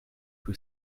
who